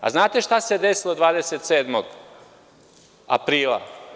Znate šta se desilo 27. aprila?